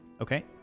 Okay